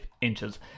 inches